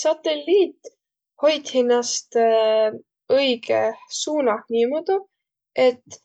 Satelliit hoit hinnäst õigõh suunah niimoodu, et